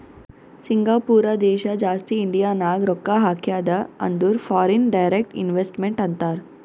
Singapore ದೇಶ ಜಾಸ್ತಿ ಇಂಡಿಯಾನಾಗ್ ರೊಕ್ಕಾ ಹಾಕ್ಯಾದ ಅಂದುರ್ ಫಾರಿನ್ ಡೈರೆಕ್ಟ್ ಇನ್ವೆಸ್ಟ್ಮೆಂಟ್ ಅಂತಾರ್